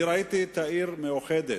אני ראיתי את העיר מאוחדת,